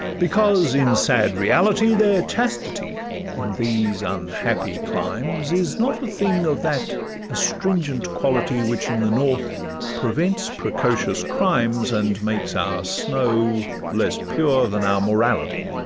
because, in sad reality, their chastity in these unhappy climes is not a thing of that astringent quality which in the north prevents precocious crimes, and makes our snow less pure than our morality